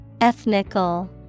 Ethnical